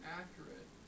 accurate